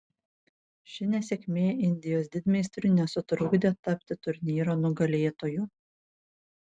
ši nesėkmė indijos didmeistriui nesutrukdė tapti turnyro nugalėtoju